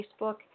Facebook